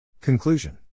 Conclusion